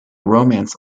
romance